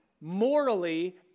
morally